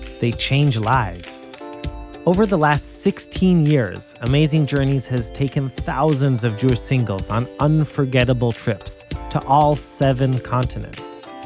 they change lives over the last sixteen years, amazing journeys has taken thousands of jewish singles on unforgettable trips to all seven continents.